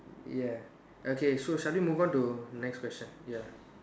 ya okay so shall we move on to next question ya